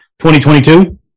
2022